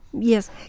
Yes